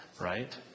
right